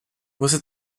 você